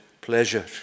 pleasure